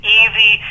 easy